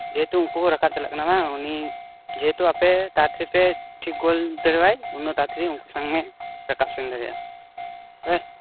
ᱡᱮᱦᱮᱛᱩ ᱩᱱᱠᱩ ᱠᱚ ᱨᱟᱠᱟᱵ ᱪᱟᱞᱟᱜ ᱠᱟᱱᱟ ᱵᱟᱝ ᱩᱱᱤ ᱡᱮᱦᱮᱛᱩ ᱟᱯᱮ ᱛᱟᱲᱟᱛᱟᱲᱤ ᱯᱮ ᱴᱷᱤᱠ ᱜᱚᱫ ᱫᱟᱲᱮᱭᱟᱭ ᱩᱱᱟᱹᱜ ᱛᱟᱲᱟᱛᱟᱲᱤ ᱩᱱᱠᱩ ᱥᱟᱝ ᱮ ᱨᱟᱠᱟᱵ ᱥᱮᱱ ᱫᱟᱲᱮᱜᱼᱟ ᱟᱭ